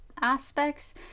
aspects